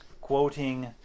Quoting